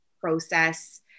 process